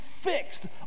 fixed